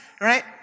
right